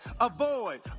avoid